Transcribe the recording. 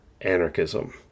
anarchism